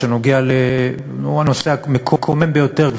והוא הנושא המקומם ביותר,